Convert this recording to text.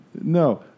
No